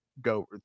go